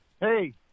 Hey